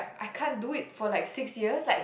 I can't do it for like sixty years like